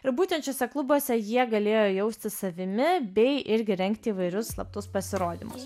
ir būtent šiuose klubuose jie galėjo jaustis savimi bei irgi rengti įvairius slaptus pasirodymus